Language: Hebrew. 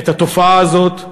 את התופעה הזאת.